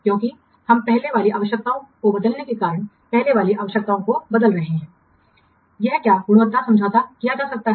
क्योंकि हम पहले वाली आवश्यकताओं को बदलने के कारण पहले वाली आवश्यकताओं को बदल रहे हैं यह क्या गुणवत्ता समझौता किया जा सकता है